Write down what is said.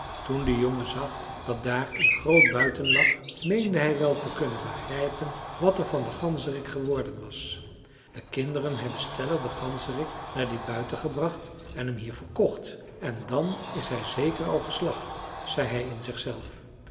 toen de jongen zag dat daar een groot buiten lag meende hij wel te kunnen begrijpen wat er van den ganzerik geworden was de kinderen hebben stellig den ganzerik naar dit buiten gebracht en hem hier verkocht en dan is hij zeker al geslacht zei hij in zichzelf